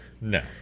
No